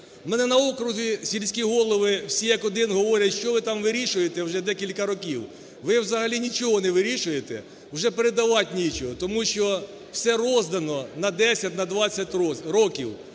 У мене на окрузі сільські голови всі як один говорять, що ви там вирішуєте вже декілька років? Ви взагалі нічого не вирішуєте, вже передавати нічого, тому що все роздано на 10, на 20 років,